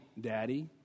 daddy